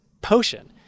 potion